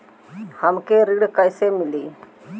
हमके ऋण कईसे मिली?